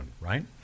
right